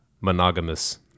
monogamous